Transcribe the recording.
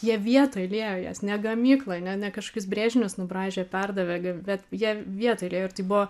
jie vietoj liejo jas ne gamykloj ne ne kažkokius brėžinius nubraižė perdavė bet jie vietoj liejo ir tai buvo